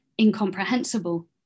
incomprehensible